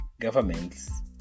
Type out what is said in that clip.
governments